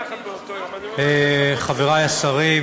תודה רבה, חברי השרים,